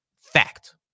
Fact